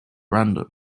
random